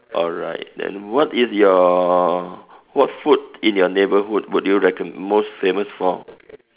alright then what is your what food in your neighbourhood would you recommend most famous for